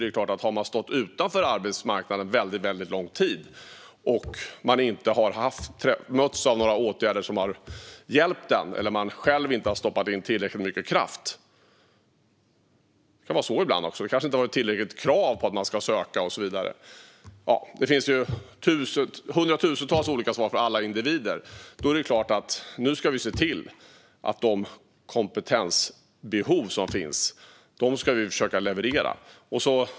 Det är klart att man kan ha stått utanför arbetsmarknaden och inte mötts av några åtgärder som har hjälpt en, eller man kanske själv inte har stoppat in tillräckligt mycket kraft - för det kan ibland också vara så att det kanske inte har varit tillräckliga krav på att man ska söka - ja, det finns hundratusentals olika svar för alla olika individer, men det är klart att vi nu ska se till att försöka leverera gentemot de kompetensbehov som finns.